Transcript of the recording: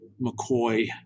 McCoy